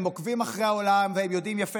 הם עוקבים אחרי העולם והם יודעים יפה